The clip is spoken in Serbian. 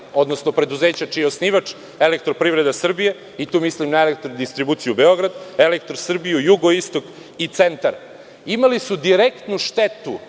odnosno preduzeća čiji je osnivač Elektroprivreda Srbije, tu mislim na Elektrodistribuciju Beograd, Elektrosrbiju, Jugoistok i Centar, imali su direktnu štetu